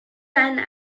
einen